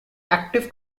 active